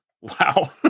Wow